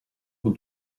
con